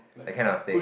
that kind of thing